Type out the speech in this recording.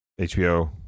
HBO